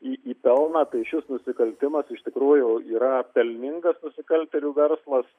į į pelną tai šis nusikaltimas iš tikrųjų yra pelningas nusikaltėlių verslas